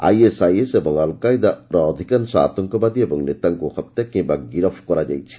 ISIS ଏବଂ ଅଲ୍କାଏଦାର ଅଧିକାଂଶ ଆତଙ୍କବାଦୀ ଓ ନେତାଙ୍କୁ ହତ୍ୟା କିମ୍ବା ଗିରଫ୍ କରାଯାଇଛି